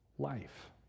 life